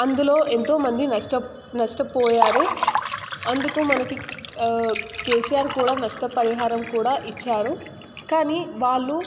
అందులో ఎంతో మంది నష్ట నష్టపోయారు అందుకు మనకి ఆ కేసీఆర్ కూడా నష్టపరిహారం కూడా ఇచ్చారు కానీ వాళ్ళు